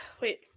Wait